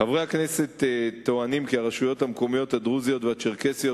חברי הכנסת טוענים כי הרשויות המקומיות הדרוזיות והצ'רקסיות